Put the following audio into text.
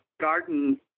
garden